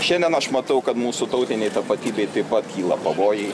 šiandien aš matau kad mūsų tautinei tapatybei taip pat kyla pavojai